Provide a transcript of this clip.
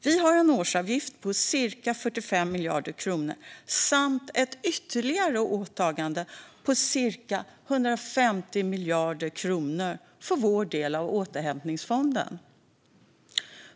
Vi har en årsavgift på cirka 45 miljarder kronor samt ett ytterligare åtagande på cirka 150 miljarder kronor för vår del av återhämtningsfonden.